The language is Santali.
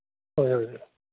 ᱦᱳᱭ ᱦᱳᱭ